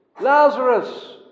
Lazarus